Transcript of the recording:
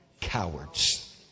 Cowards